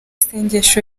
sengesho